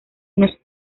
unos